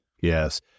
Yes